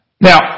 Now